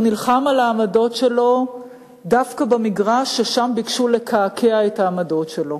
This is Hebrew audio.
הוא נלחם על העמדות שלו דווקא במגרש ששם ביקשו לקעקע את העמדות שלו.